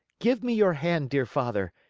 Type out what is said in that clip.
give me your hand, dear father,